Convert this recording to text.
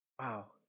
wow